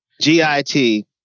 G-I-T